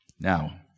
Now